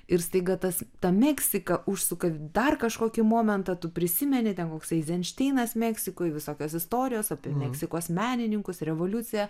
ir staiga tas ta meksika užsuka dar kažkokį momentą tu prisimeni ten koksai eizenšteinas meksikoj visokios istorijos apie meksikos menininkus revoliuciją